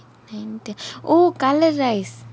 nine ten oh colour rice